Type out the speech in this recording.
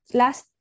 last